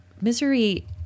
Misery